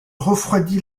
refroidit